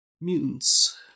mutants